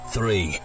Three